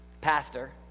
Pastor